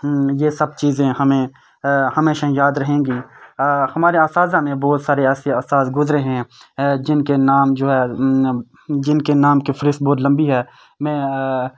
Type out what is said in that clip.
یہ سب چیزیں ہمیں ہمیشہ یاد رہیں گی ہمارے اساتذہ میں بہت سارے اساتذہ گزرے ہیں جن کے نام جو ہے جن کے نام کے فہرست بہت لمبی ہے میں